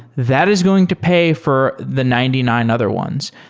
that is going to pay for the ninety nine other ones.